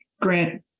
grant